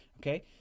okay